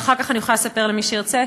ואחר כך אני יכולה לספר למי שירצה: